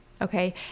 Okay